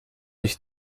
ich